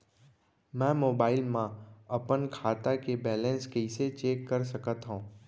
मैं मोबाइल मा अपन खाता के बैलेन्स कइसे चेक कर सकत हव?